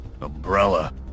umbrella